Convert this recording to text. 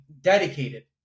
dedicated